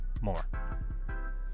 more